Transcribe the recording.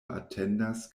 atendas